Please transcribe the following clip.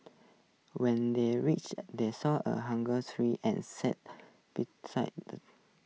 when they reached they saw A hunger tree and sat beside